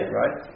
right